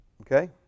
okay